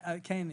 כן,